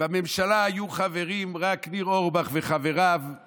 בממשלה היו חברים רק ניר אורבך וחבריו,